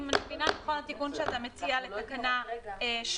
אם אני מבינה נכון, התיקון שאתה מציע לתקנה 8(ז)